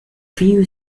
few